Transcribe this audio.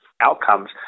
outcomes